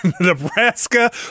Nebraska